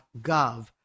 gov